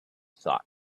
thought